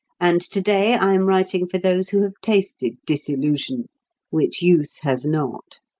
and to-day i am writing for those who have tasted disillusion which youth has not.